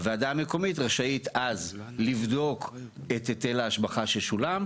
הוועדה המקומית רשאית אז לבדוק את היטל ההשבחה ששולם,